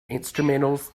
instrumentals